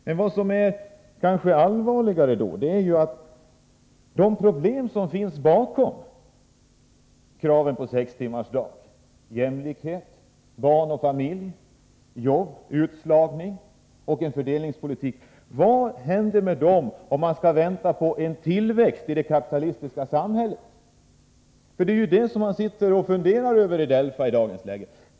Men kanske allvarligare är: De problem som finns bakom kraven på sextimmarsdag — beträffande jämlikhet, barn och familj, jobb, utslagning och fördelningspolitik — vad händer med dem om man skall vänta på en tillväxt i det kapitalistiska samhället? Det är ju detta som man sitter och funderar över inom DELFA i dagens läge.